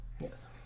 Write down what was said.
Yes